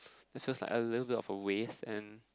it feels like a little bit of a waste and